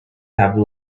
have